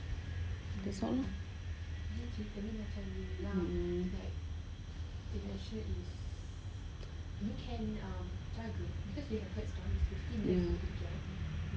mm ya